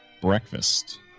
breakfast